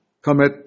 commit